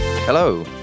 Hello